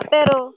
Pero